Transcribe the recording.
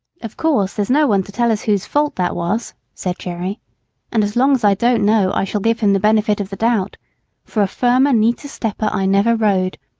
of course there's no one to tell us whose fault that was, said jerry and as long as i don't know i shall give him the benefit of the doubt for a firmer, neater stepper i never rode.